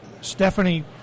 Stephanie